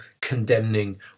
condemning